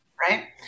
right